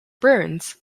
burns